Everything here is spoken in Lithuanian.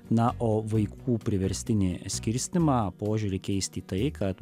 na o vaikų priverstinį skirstymą požiūrį keisti į tai kad